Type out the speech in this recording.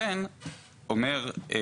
כמובן שרוב התשובות הן חיוביות,